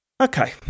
okay